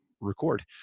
record